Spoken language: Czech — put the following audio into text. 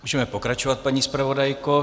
Můžeme pokračovat, paní zpravodajko.